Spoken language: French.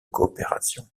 coopération